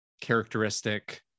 characteristic